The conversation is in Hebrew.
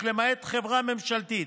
למעט חברה ממשלתית,